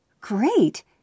Great